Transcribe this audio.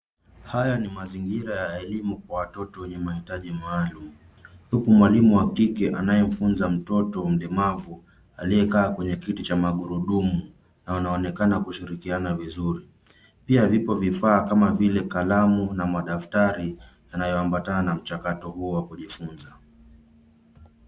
Haya ni mazingira ya elimu kwa watoto wenye mahitaji maalum huku mwalimu wa kike anayefunza mtoto mlemavu aliyekaa kwenye kiti cha magurudumu na anaonekana kushirikiana vizuri. Pia vipo vifaa kama vile kalamu na madaftari yanayoambatana na mchakato huo wa kujifunza.